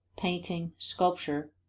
painting, sculpture,